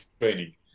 training